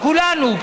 כולנו,